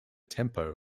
tempo